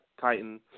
Titan